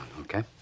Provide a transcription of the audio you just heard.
okay